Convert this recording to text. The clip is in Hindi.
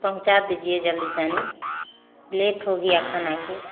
पहुँचा दीजिए जल्दी से हमें लेट हो गया खाने को